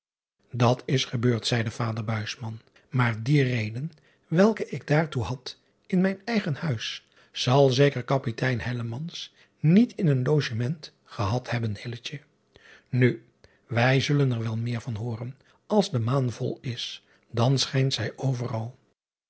at is gebeurd zeide vader maar die reden welke ik daartoe had in mijn eigen huis zal zeker apitein niet in een logement gehad hebben u wij zullen er wel meer van hooren als de maan vol is dan schijnt zij overal